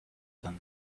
than